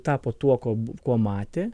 tapo tuo kuo kuo matė